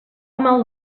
mal